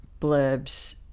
blurbs